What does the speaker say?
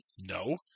No